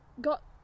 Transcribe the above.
got